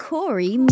Corey